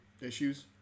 issues